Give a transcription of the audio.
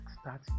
start